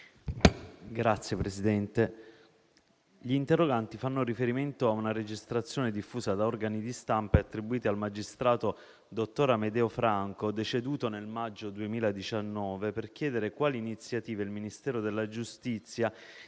Signor Presidente, gli interroganti fanno riferimento a una registrazione diffusa da organi di stampa e attribuita al magistrato dottor Amedeo Franco, deceduto nel maggio 2019, per chiedere quali iniziative il Ministero della giustizia,